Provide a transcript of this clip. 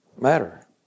matter